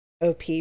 OP